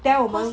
tell 我们